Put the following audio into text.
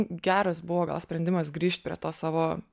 geras buvo gal sprendimas grįžt prie to savo